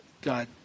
God